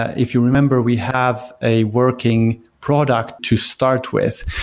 if you remember, we have a working product to start with.